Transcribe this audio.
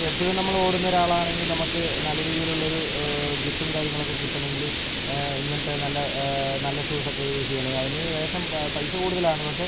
എപ്പഴും നമ്മൾ ഓടുന്ന ഒരാളാണെങ്കിൽ നമുക്ക് നല്ല രീതിയിയിലുള്ള ഒരു ഗ്രിപ്പും കാര്യങ്ങളൊക്കെ കിട്ടണമെങ്കില് ഇങ്ങനത്തെ നല്ല നല്ല ഷൂസൊക്കെ യൂസ് ചെയ്യണം അതിന് ശേഷം പൈസ കൂടുതലാണ് പക്ഷെ